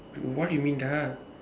what you mean dah